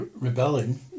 rebelling